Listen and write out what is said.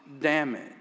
damage